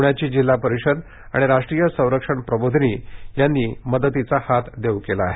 पूण्याची जिल्हा परिषद आणि राष्ट्रीय संरक्षण प्रबोधिनी यांनी त्यांना मदतीचा हात देऊ केला आहे